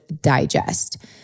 DIGEST